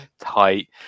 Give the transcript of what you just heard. tight